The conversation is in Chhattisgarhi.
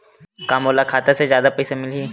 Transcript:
का मोला खाता से जादा पईसा मिलही?